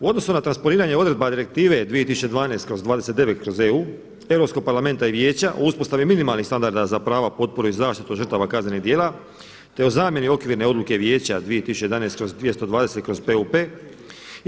U odnosu na transponiranje odredba Direktive 2012/29/EU Europskog parlamenta i Vijeća o uspostavi minimalnih standarda za prava, potporu i zaštitu žrtava kaznenih djela te o zamjeni okvirne odluke vijeća 2011/220/PUP.